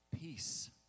peace